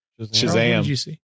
Shazam